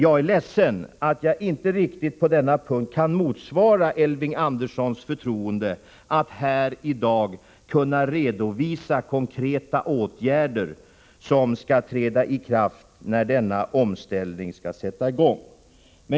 Jag är ledsen att jag på denna punkt inte riktigt kan motsvara Elving Anderssons förtroende och här i dag redovisa konkreta åtgärder som skall vidtas när omställningen skall sätta i gång.